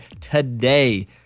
today